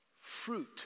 Fruit